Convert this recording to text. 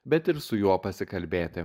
bet ir su juo pasikalbėti